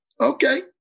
Okay